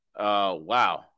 Wow